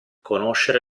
conoscere